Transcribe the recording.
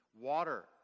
Water